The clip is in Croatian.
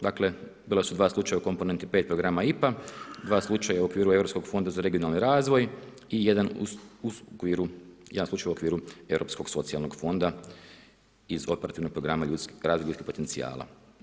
Dakle, bila su dva slučaja u komponenti 5 programa IPA, dva slučaj u okviru Europskog fonda za regionalni razvoj i 1 u okviru, 1 slučaj u okviru Europskog socijalnog fonda iz operativnog programa razvoj ljudskih potencijala.